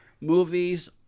movies